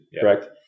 correct